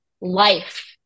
life